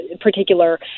particular